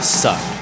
suck